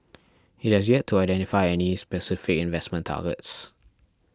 it has yet to identify any specific investment targets